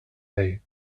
dei